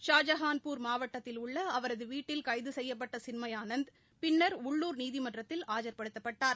ஷாஜகான்பூர் மாவட்டத்தில் உள்ள அவரது வீட்டில் கைது செய்யப்பட்ட சின்மயானந்த் பின்னர் உள்ளூர் நீதிமன்றத்தில் ஆஜர்படுத்தப்பட்டார்